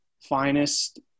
finest